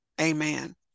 amen